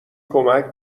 کمک